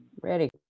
Ready